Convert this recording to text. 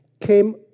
came